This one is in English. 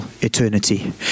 eternity